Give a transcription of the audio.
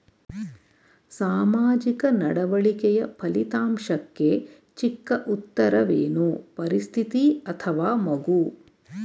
ಸಾಮಾಜಿಕ ನಡವಳಿಕೆಯ ಫಲಿತಾಂಶಕ್ಕೆ ಚಿಕ್ಕ ಉತ್ತರವೇನು? ಪರಿಸ್ಥಿತಿ ಅಥವಾ ಮಗು?